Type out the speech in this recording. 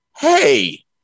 hey